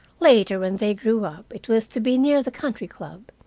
later, when they grew up, it was to be near the country club.